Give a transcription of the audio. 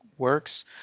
works